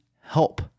help